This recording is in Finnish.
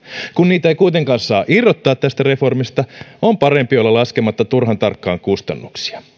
kun niitä ei kuitenkaan saa irrottaa tästä reformista on parempi olla laskematta turhan tarkkaan kustannuksia